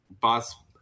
boss